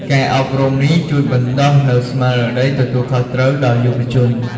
ការអប់រំនេះជួយបណ្ដុះនូវស្មារតីទទួលខុសត្រូវ ដល់យុវជន។